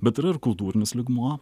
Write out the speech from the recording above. bet yra ir kultūrinis lygmuo